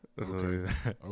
Okay